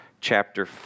chapter